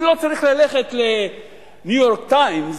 אני לא צריך ללכת ל"ניו-יורק טיימס"